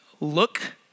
look